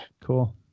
Cool